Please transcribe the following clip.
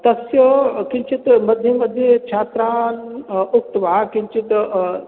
तस्य किञ्चित् मध्ये मध्ये छात्रान् उक्त्वा किञ्चित्